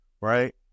right